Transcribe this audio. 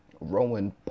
Rowan